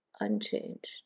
unchanged